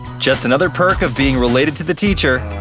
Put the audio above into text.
just another perk of being related to the teacher.